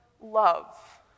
love